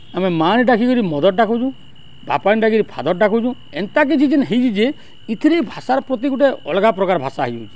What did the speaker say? ଆମେ ମା' ନିଡାକିକରି ମଦର୍ ଡ଼ାକୁଚୁଁ ବାପା ନିଡାକିକରି ଫାଦର୍ ଡାକୁଚୁ ଏନ୍ତା କିଛି ଯେନ୍ ହେଇଯାଇଛେ ଇଥିରେ ଭାଷାର୍ ପ୍ରତି ଗୁଟେ ଅଲ୍ଗା ପ୍ରକାର୍ ଭାଷା ହେଇଯାଉଛେ